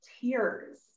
tears